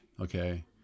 okay